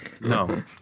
No